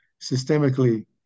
systemically